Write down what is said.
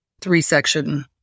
three-section